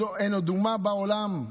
אין עוד דוגמה בעולם,